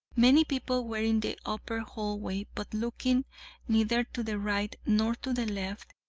many people were in the upper hall way, but looking neither to the right nor to the left,